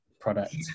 product